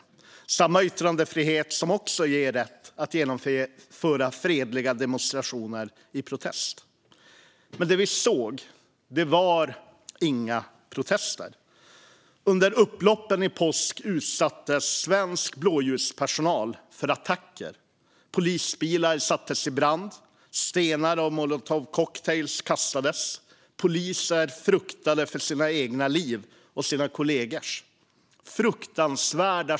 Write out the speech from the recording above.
Det är samma yttrandefrihet som också ger rätt att genomföra fredliga demonstrationer i protest. Men det som vi såg var inga protester. Under upploppen i påsk utsattes svensk blåljuspersonal för attacker. Polisbilar sattes i brand, stenar och molotovcocktailar kastades och poliser fruktade för sina egna och sina kollegors liv.